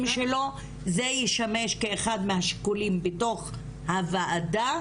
שלו וזה ישמש כאחד מהשיקולים בתוך הוועדה,